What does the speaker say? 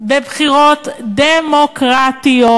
בבחירות דמוקרטיות,